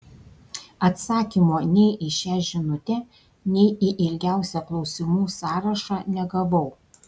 atsakymo nei į šią žinutę nei į ilgiausią klausimų sąrašą negavau